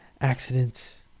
Accidents